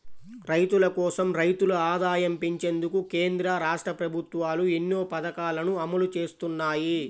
రైతుల కోసం, రైతుల ఆదాయం పెంచేందుకు కేంద్ర, రాష్ట్ర ప్రభుత్వాలు ఎన్నో పథకాలను అమలు చేస్తున్నాయి